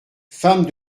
femme